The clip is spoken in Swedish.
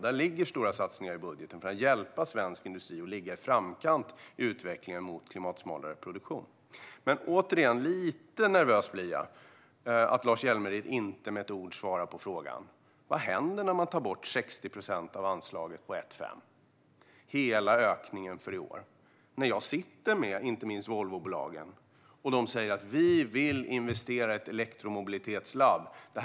Det ligger stora satsningar i budgeten för att hjälpa svensk industri att ligga i framkant i utvecklingen mot klimatsmalare produktion. Återigen blir jag lite nervös av att Lars Hjälmered inte med ett ord svarar på frågan: Vad händer när man tar bort 60 procent av anslaget på 1:5, hela ökningen för i år? Jag sitter med inte minst Volvobolagen, och de säger: Vi vill investera i ett elektromobilitetslaboratorium.